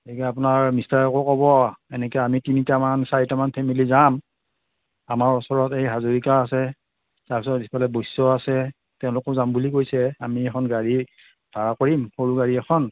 গতিকে আপোনাৰ মিষ্টাৰকো ক'ব এনেকৈ আমি তিনিটামান চাৰিটামান ফেমিলি যাম আমাৰ ওচৰত এই হাজৰিকা আছে তাৰপিছত সিফালে বৈশ্য আছে তেওঁলোকো যাম বুলি কৈছে আমি এখন গাড়ী ভাড়া কৰিম সৰু গাড়ী এখন